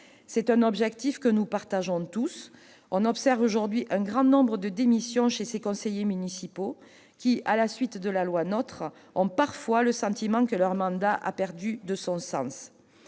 C'est un objectif que nous partageons tous. On observe aujourd'hui un grand nombre de démissions chez ces conseillers municipaux qui, à la suite de l'entrée en vigueur de la loi NOTRe, ont parfois le sentiment que leur mandat a perdu de son sens.